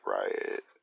riot